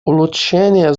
улучшение